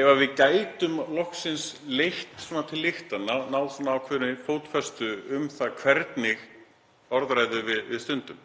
ef við gætum loksins leitt til lykta, náð ákveðinni fótfestu um það hvernig orðræðu við stundum.